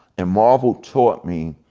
and marvel taught me,